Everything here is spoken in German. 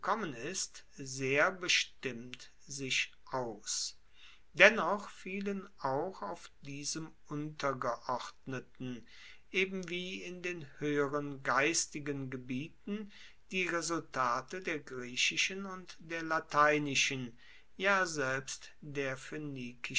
ist sehr bestimmt sich aus dennoch fielen auch auf diesen untergeordneten eben wie in den hoeheren geistigen gebieten die resultate der griechischen und der lateinischen ja selbst der